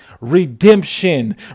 redemption